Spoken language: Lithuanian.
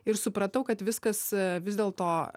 ir supratau kad viskas vis dėl to